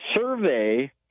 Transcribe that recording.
survey